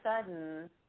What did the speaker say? sudden